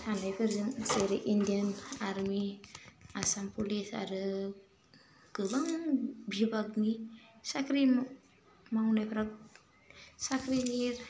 थानायफोरजों जेरै Indian army Assam police आरो गोबां भिबागनि साख्रि मावनायफ्रा साख्रिनि